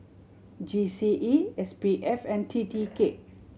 G C E S P F and T T K